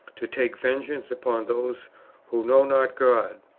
to take vengeance upon those who know not god,